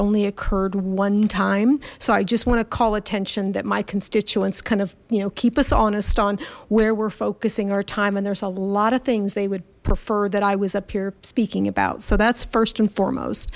only occurred one time so i just want to call attention that my constituents kind of you know keep us honest on where we're focusing our time and there's a lot of things they would prefer that i was up here speaking about so that's first and foremost